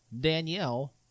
Danielle